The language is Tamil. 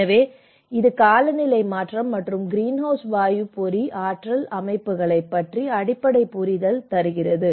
எனவே இது காலநிலை மாற்றம் மற்றும் கிரீன்ஹவுஸ் வாயு பொறி ஆற்றல் அமைப்புகள் பற்றிய அடிப்படை புரிதல் ஆகும்